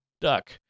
duck